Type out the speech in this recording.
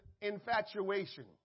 infatuation